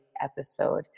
episode